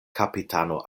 kapitano